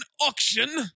auction